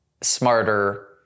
smarter